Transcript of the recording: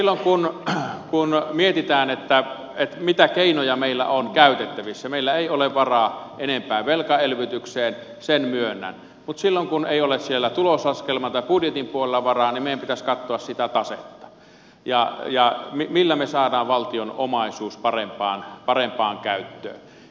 silloin kun mietitään mitä keinoja meillä on käytettävissä meillä ei ole varaa enempään velkaelvytykseen sen myönnän mutta silloin kun ei ole siellä tuloslaskelman tai budjetin puolella varaa niin meidän pitäisi katsoa sitä tasetta ja sitä millä me saamme valtion omaisuuden parempaan käyttöön